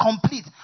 complete